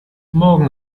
morgen